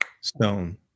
stone